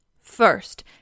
First